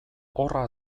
horra